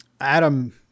adam